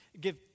give